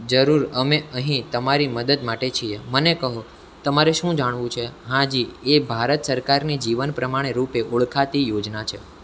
જરૂર અમે અહીં તમારી મદદ માટે છીએ મને કહો તમારે શું જાણવું છે હા જી એ ભારત સરકારની જીવન પ્રમાણે રૂપે ઓળખાતી યોજના છે